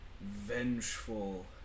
vengeful